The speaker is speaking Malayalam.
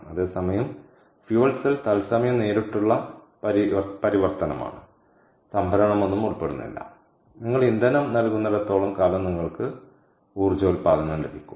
അതേസമയം ഫ്യുവൽ സെൽ തത്സമയം നേരിട്ടുള്ള പരിവർത്തനമാണ് സംഭരണമൊന്നും ഉൾപ്പെടുന്നില്ല നിങ്ങൾ ഇന്ധനം നൽകുന്നിടത്തോളം കാലം നിങ്ങൾക്ക് ഊർജ്ജോത്പാദനം ലഭിക്കും